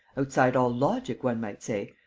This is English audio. outside all logic, one might say,